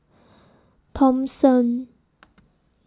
Thomson